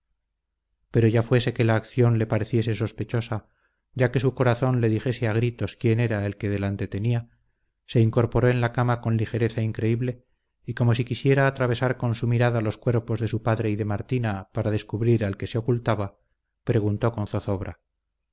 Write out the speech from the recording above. pero ya fuese que la acción le pareciese sospechosa ya que su corazón le dijese a gritos quién era el que delante tenía se incorporó en la cama con ligereza increíble y como si quisiera atravesar con su mirada los cuerpos de su padre y de martina para descubrir al que se ocultaba preguntó con zozobra